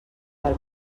del